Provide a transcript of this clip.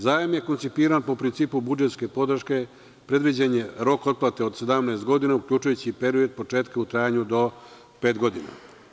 Zajam je koncipiran po principu budžetske podrške, predviđen je rok otplate od 17 godina uključujući i period početka u trajanju do pet godina.